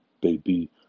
baby